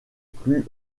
plus